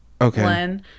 okay